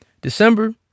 december